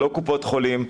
לא קופות חולים,